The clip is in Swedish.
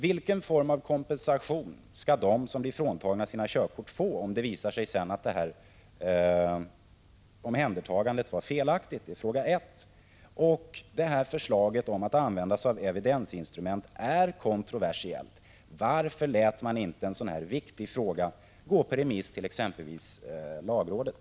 Vilken form av kompensation skall de som blir fråntagna sina körkort få om det senare visar sig att omhändertagandet var felaktigt? 2. Förslaget om att använda sig av evidensinstrument är kontroversiellt. Varför lät man inte en så viktig fråga gå på remiss till exempelvis lagrådet?